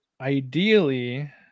ideally